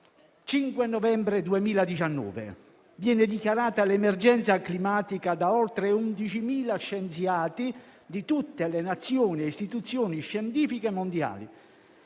5 novembre 2019: viene dichiarata l'emergenza climatica da oltre 11.000 scienziati di tutte le Nazioni e istituzioni scientifiche mondiali.